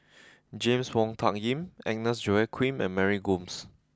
James Wong Tuck Yim Agnes Joaquim and Mary Gomes